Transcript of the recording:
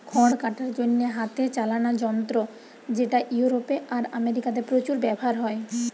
খড় কাটার জন্যে হাতে চালানা যন্ত্র যেটা ইউরোপে আর আমেরিকাতে প্রচুর ব্যাভার হয়